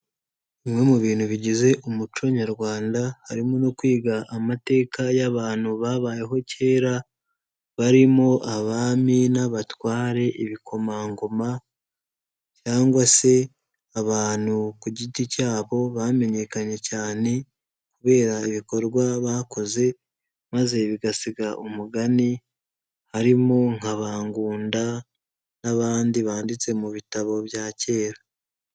Bimwe mu bintu bigize umuco nyarwanda harimo no kwiga amateka y'abantu babayeho kera barimo abami n'abatware, ibikomangoma cyangwa se abantu ku giti cyabo bamenyekanye cyane kubera ibikorwa bakoze maze bigasiga umugani harimo nka ba Ngunda n'abandi banditse mu bitabo bya kera.